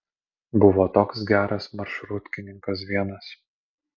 buvo toks geras maršrutkininkas vienas